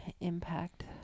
Impact